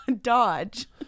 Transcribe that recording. Dodge